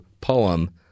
poem